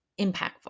impactful